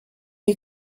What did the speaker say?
you